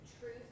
truth